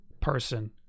person